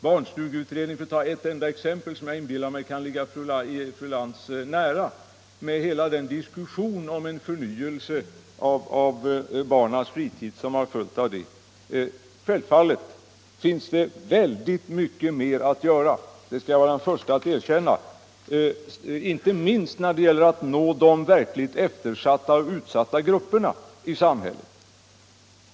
Låt mig som ett enda exempel ta barnstugeutredningen, som jag inbillar mig ligger fru Lantz nära, med hela den diskussion om en förnyelse av barnens fritid som blivit en följd av den utredningen. Självfallet finns det mycket mer att göra — det är jag den förste att erkänna — inte minst när det gäller de verkligt eftersatta och utsatta grupperna i samhället.